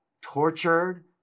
tortured